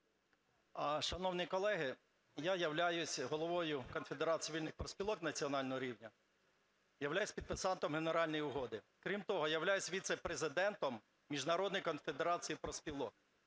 Шановні колеги, я являюсь головою Конфедерації вільних профспілок національного рівня, являюсь підписантом генеральної угоди. Крім того, являюсь віцепрезидентом Міжнародної конфедерації профспілок.